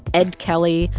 ed kelly,